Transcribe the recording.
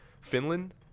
Finland